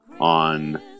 on